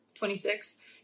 26